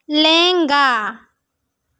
ᱞᱮᱸᱜᱟ